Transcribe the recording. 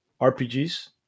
RPGs